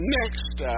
next